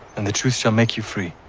and the truth shall make you free.